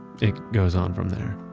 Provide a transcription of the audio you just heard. it goes on from there.